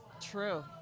true